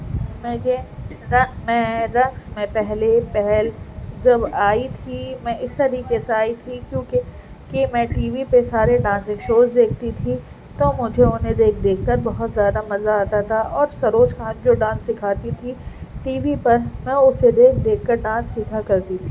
میں جے رقص میں رقص میں پہلے پہل جب آئی تھی میں اس طریقے سے آئی تھی کیونکہ کہ میں ٹی وی پہ سارے ڈانسنگ شوز دیکھتی تھی تو مجھے انہیں دیکھ دیکھ کر بہت زیادہ مزہ آتا تھا اور سروج خان جو ڈانس سکھاتی تھیں ٹی وی پر میں اسے دیکھ دیکھ کر ڈانس سیکھا کر تی تھی